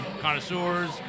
connoisseurs